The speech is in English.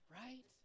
right